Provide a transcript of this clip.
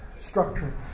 structure